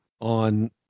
on